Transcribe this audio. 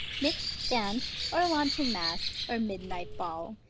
mix'd dance, or wanton mask, or midnight ball,